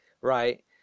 right